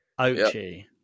Ochi